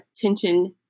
attention